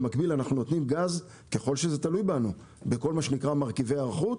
במקביל אנחנו נותנים גז ככל שזה תלוי בנו בכל מה שנקרא "מרכיבי היערכות"